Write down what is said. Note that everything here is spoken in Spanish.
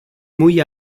muy